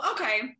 okay